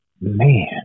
Man